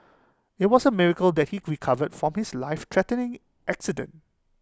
IT was A miracle that he recovered from his lifethreatening accident